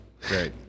Great